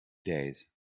days